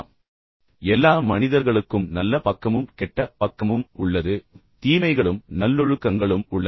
அதாவது எல்லா மனிதர்களுக்கும் இந்த நல்ல பக்கமும் கெட்ட பக்கமும் உள்ளது தீமைகளும் பின்னர் நல்லொழுக்கங்களும் உள்ளன